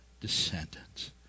descendants